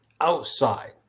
outside